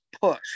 push